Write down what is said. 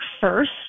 first